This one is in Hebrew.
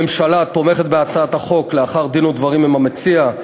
הממשלה תומכת בהצעת החוק לאחר דין ודברים עם המציע,